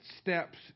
steps